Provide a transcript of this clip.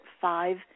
five